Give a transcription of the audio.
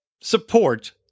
support